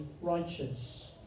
righteous